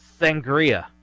sangria